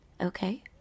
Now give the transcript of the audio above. okay